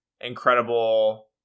incredible